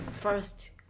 first